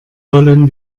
wollen